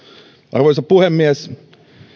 arvoisa puhemies